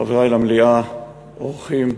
חברי למליאה, אורחים,